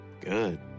Good